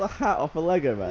ah hat off a lego